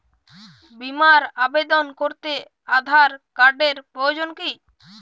বিমার আবেদন করতে আধার কার্ডের প্রয়োজন কি?